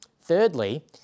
Thirdly